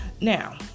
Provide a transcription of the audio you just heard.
Now